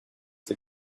the